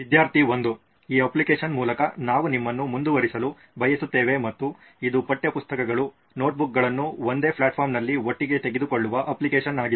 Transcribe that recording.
ವಿದ್ಯಾರ್ಥಿ 1 ಈ ಅಪ್ಲಿಕೇಶನ್ ಮೂಲಕ ನಾವು ನಿಮ್ಮನ್ನು ಮುಂದುವರಿಸಲು ಬಯಸುತ್ತೇವೆ ಮತ್ತು ಇದು ಪಠ್ಯಪುಸ್ತಕಗಳು ನೋಟ್ಬುಕ್ಗಳನ್ನು ಒಂದೇ ಪ್ಲಾಟ್ಫಾರ್ಮ್ನಲ್ಲಿ ಒಟ್ಟಿಗೆ ತೆಗೆದುಕೊಳ್ಳುವ ಅಪ್ಲಿಕೇಶನ್ ಆಗಿದೆ